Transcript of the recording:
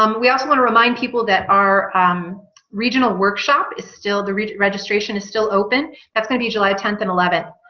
um we also want to remind people that are um regional workshop is still the regent registration is still open that's going to be july tenth and eleventh